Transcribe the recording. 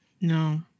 No